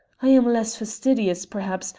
i am less fastidious, perhaps,